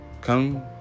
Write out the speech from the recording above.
Come